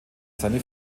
seine